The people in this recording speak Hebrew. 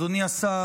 אדוני השר,